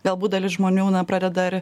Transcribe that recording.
galbūt dalis žmonių pradeda ir